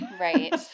Right